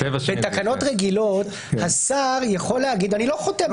בתקנות רגילות השר יכול להגיד: אני לא חותם,